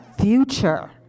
future